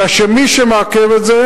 אלא שמי שמעכב את זה,